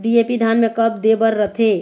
DAP धान मे कब दे बर रथे?